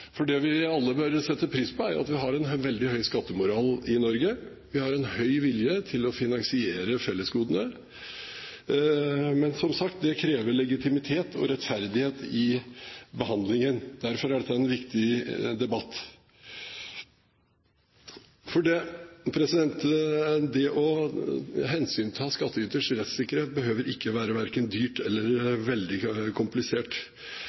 For det vi alle bør sette pris på, er at vi har en veldig høy skattemoral i Norge, vi har en høy vilje til å finansiere fellesgodene. Men som sagt, det krever legitimitet og rettferdighet i behandlingen. Derfor er dette en viktig debatt. Å ta hensyn til skattyters rettssikkerhet behøver ikke være verken dyrt eller veldig komplisert.